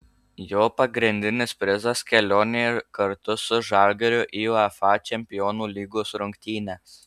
jo pagrindinis prizas kelionė kartu su žalgiriu į uefa čempionų lygos rungtynes